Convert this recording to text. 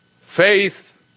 faith